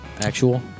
actual